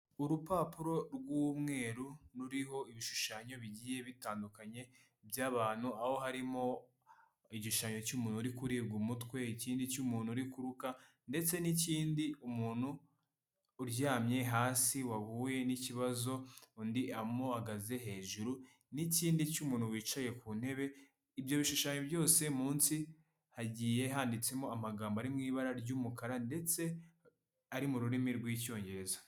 Urupapuro rw'umweru ruriho ibishushanyo bigiye bitandukanye by'abantu aho harimo igishushanyo cy'umuntu uri kuribwa umutwe, ikindi cy'umuntu uri kuruka ndetse n'ikindi umuntu uryamye hasi wahuye n'ikibazo undi amuhagaze hejuru, n'ikindi cy'umuntu wicaye ku ntebe. Ibyo bishushanyo byose munsi hagiye handitsemo amagambo ari mu ibara ry'umukara ndetse ari mu rurimi rw'icyongereza.